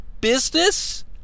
business